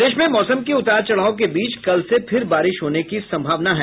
प्रदेश में मौसम के उतार चढ़ाव के बीच कल से फिर बारिश होने की संभावना है